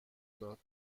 داد